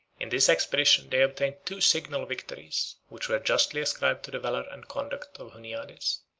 in this expedition they obtained two signal victories, which were justly ascribed to the valor and conduct of huniades.